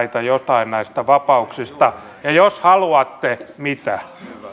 jotain näistä vapauksista ja jos haluatte mitä